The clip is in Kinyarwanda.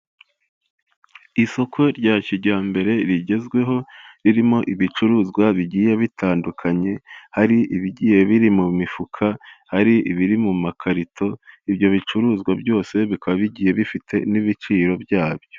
Isoko rya kijyambere rigezweho ririmo ibicuruzwa bigiye bitandukanye hari ibigiye biri mu mifuka, hari ibiri mu makarito ibyo bicuruzwa byose bikaba bigiye bifite n'ibiciro byabyo.